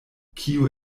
kio